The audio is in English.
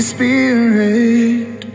Spirit